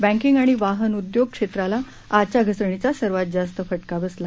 banking आणि वाहनोद्योग क्षेत्राला आजच्या घसरणीचा सर्वात जास्त फटका बसला